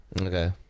okay